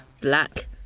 Black